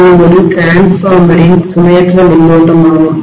இது ஒரு மின்மாற்றியின்டிரான்ஸ்ஃபார்மரின் சுமையற்ற மின்னோட்டம் ஆகும்